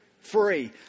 Free